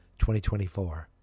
2024